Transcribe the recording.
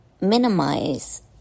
minimize